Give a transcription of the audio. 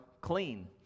clean